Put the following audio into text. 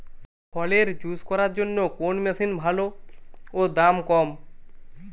ফলের জুস করার জন্য কোন মেশিন ভালো ও দাম কম?